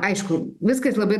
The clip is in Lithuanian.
aišku viskas labai